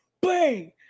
Bang